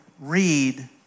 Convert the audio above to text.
read